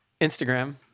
Instagram